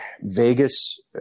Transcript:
Vegas